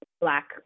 Black